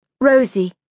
Rosie